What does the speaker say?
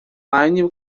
line